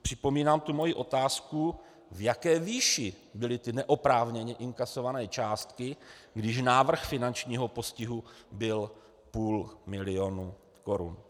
Připomínám svoji otázku, v jaké výši byly neoprávněně inkasované částky, když návrh finančního postihu byl půl milionu korun.